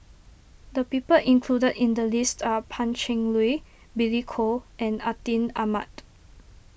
the people included in the list are Pan Cheng Lui Billy Koh and Atin Amat